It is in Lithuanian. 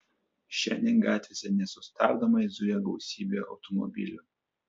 šiandien gatvėse nesustabdomai zuja gausybė automobilių